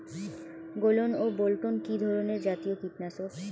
গোলন ও বলটন কি ধরনে জাতীয় কীটনাশক?